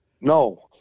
No